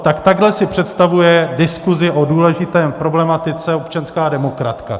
Tak takhle si představuje diskuzi o důležité problematice občanská demokratka!